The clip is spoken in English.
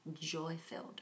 joy-filled